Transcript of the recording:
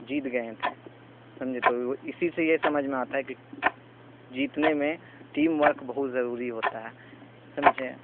جیت گئے تھے سمجھے تو وہ اسی سے یہ سمجھ میں آتا ہے کہ جیتنے میں ٹیم ورک بہت ضروری ہوتا ہے سمجھے